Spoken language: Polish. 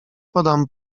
podam